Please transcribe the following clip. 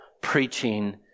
preaching